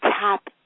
tap